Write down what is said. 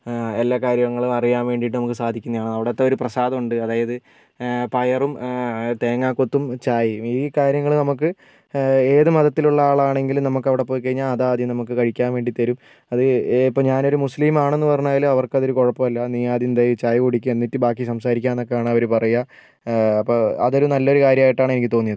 എല്ലാ കാര്യങ്ങളും അറിയാൻ വേണ്ടിയിട്ട് നമുക്ക് സാധിക്കുന്നതാണ് അവിടുത്തെ ഒരു പ്രസാദം ഉണ്ട് അതായത് പയറും തേങ്ങാകൊത്തും ചായയും ഈ കാര്യങ്ങൾ നമുക്ക് ഏത് മതത്തിൽ ഉള്ള ആളാണെങ്കിലും നമുക്ക് അവിടെ പോയി കഴിഞ്ഞാൽ അത് ആദ്യം നമുക്ക് കഴിക്കാൻ വേണ്ടി തരും അത് ഇപ്പം ഞാനൊരു മുസ്ലിം ആണെന്ന് പറഞ്ഞാലും അവർക്ക് അത് ഒരു കുഴപ്പം ഇല്ല നീ ആദ്യം പോയി ചായ കുടിക്ക് എന്നിട്ട് ബാക്കി സംസാരിക്കാം എന്നൊക്കെ ആണ് അവർ പറയുക അപ്പം അതൊരു നല്ല ഒരു കാര്യമായിട്ടാണ് എനിക്ക് തോന്നിയത്